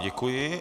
Děkuji.